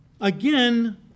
Again